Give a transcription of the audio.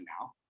now